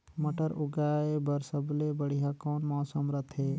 मटर उगाय बर सबले बढ़िया कौन मौसम रथे?